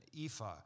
Ephah